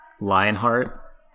Lionheart